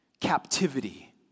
captivity